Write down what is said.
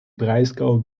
breisgau